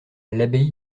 l’abbaye